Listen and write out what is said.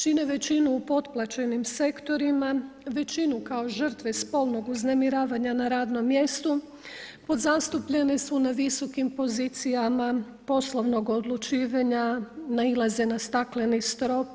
Čine većinu u potplaćenim sektorima, većinu kao žrtve spolnog uznemiravanja na radnom mjestu, podzastupljene su na visokim pozicijama poslovnog odlučivanja, nailaze na stakleni strop.